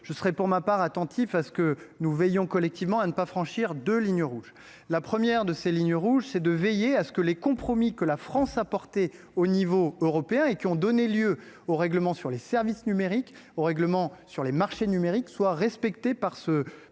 Je serai, pour ma part, attentif à ce que nous veillions collectivement à ne pas franchir deux lignes rouges. La première de ces lignes rouges est de veiller à ce que les compromis que la France a portés au niveau européen, et qui ont donné lieu aux règlements sur les services numériques et sur les marchés numériques, soient respectés. Il